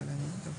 שעלתה,